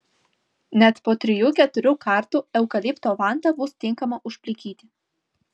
net po trijų keturių kartų eukalipto vanta bus tinkama užplikyti